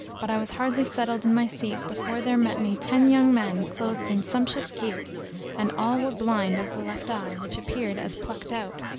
but i was hardly settled in my seat before there met me ten young men clothed in sumptuous gear and all were blind of the left eye which appeared as plucked out.